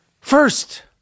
First